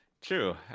True